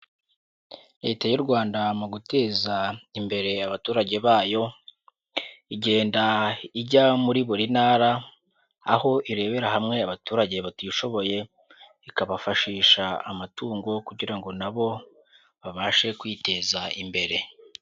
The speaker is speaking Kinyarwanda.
Leta y'u Rwanda mu guteza imbere abaturage bayo, igenda ijya muri buri ntara aho irebera hamwe abaturage batishoboye ikabafashisha amatungo kugira ngo nabo babashe kwiteza imbere.